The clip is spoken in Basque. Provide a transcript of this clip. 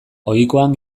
ohikoan